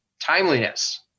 timeliness